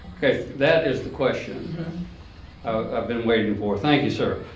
ok, that is the question i've been waiting for. thank you, sir.